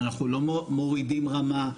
אנחנו לא מורידים רמה,